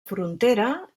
frontera